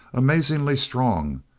amazingly strong,